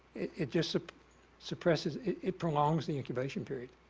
it just suppresses it prolongs the incubation period.